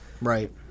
Right